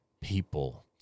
people